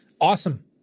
Awesome